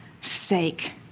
sake